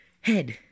head